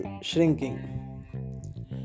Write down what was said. shrinking